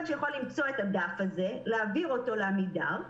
שיכול למצוא את הדף הזה ולהעביר אותו לעמידר,